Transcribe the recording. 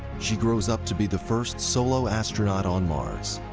she grows up to be the first solo astronaut on mars,